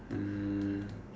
um